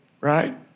right